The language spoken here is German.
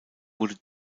wurde